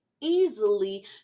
easily